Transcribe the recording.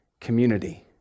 community